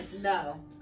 no